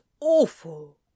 awful